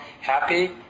happy